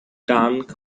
dunk